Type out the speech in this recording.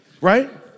right